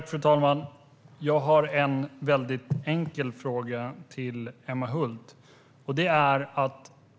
Fru talman! Jag har en enkel fråga till Emma Hult.